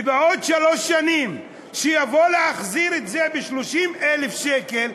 ובעוד שלוש שנים יבוא להחזיר את זה ב-30,000 שקלים,